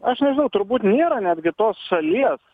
aš nežinau turbūt nėra netgi tos šalies